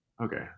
Okay